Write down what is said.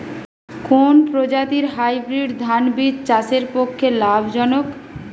কোন প্রজাতীর হাইব্রিড ধান বীজ চাষের পক্ষে লাভজনক?